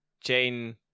Jane